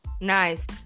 nice